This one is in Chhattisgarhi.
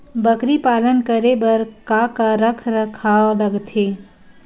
बकरी पालन करे बर काका रख रखाव लगथे?